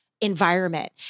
Environment